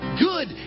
good